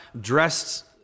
dressed